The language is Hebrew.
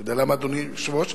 אתה יודע למה, אדוני היושב-ראש?